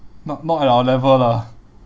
not not at our level lah